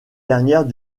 dernière